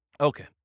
Okay